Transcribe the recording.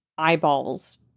eyeballs